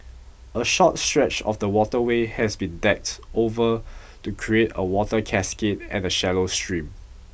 a short stretch of the waterway has been decked over to create a water cascade and a shallow stream